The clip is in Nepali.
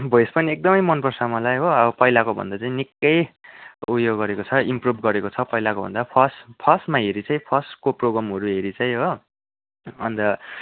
भोइस पनि एकदमै मनपर्छ मलाई हो अब पहिलाको भन्दा चाहिँ निक्कै उयो गरेको छ इम्प्रुभ गरेको छ पहिलाको भन्दा फर्स्ट फर्स्टमा हेरी चाहिँ फर्स्टको प्रोग्रामहरू हेरी चाहिँ हो अन्त